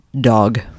dog